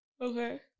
Okay